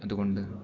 അതുകൊണ്ട്